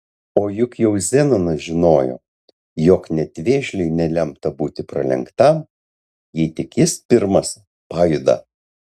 o juk jau zenonas žinojo jog net vėžliui nelemta būti pralenktam jei tik jis pirmas pajuda